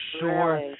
sure